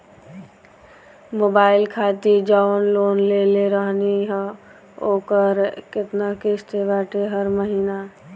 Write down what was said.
Mobile खातिर जाऊन loan लेले रहनी ह ओकर केतना किश्त बाटे हर महिना?